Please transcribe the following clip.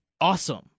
awesome